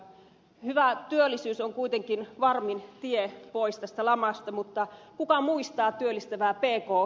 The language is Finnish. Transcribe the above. hyvä työllisyys on kuitenkin varmin tie pois tästä lamasta mutta kuka muistaa työllistävää pk yrittäjää